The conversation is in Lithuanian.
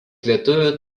lietuvių